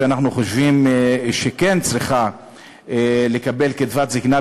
ואנחנו חושבים שהיא כן צריכה לקבל קצבת זיקנה,